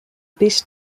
best